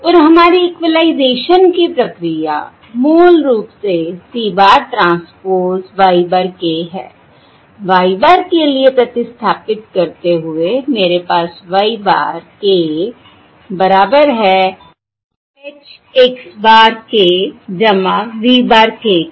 और हमारी इक्वलाइजेशन की प्रक्रिया मूल रूप से c bar transpose y bar k है y bar k के लिए प्रतिस्थापित करते हुए मेरे पास y bar k बराबर है H x bar k v bar k के